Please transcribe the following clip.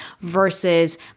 Versus